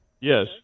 Yes